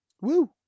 Woo